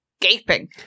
gaping